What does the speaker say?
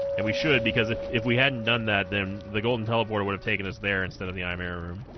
and we should because if if we hadn't done that then the golden teleport would have taken us there instead of the i mer room